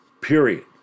Period